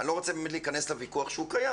אני לא רוצה להיכנס לוויכוח שהוא קיים,